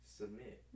submit